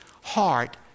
heart